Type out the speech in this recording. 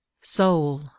Soul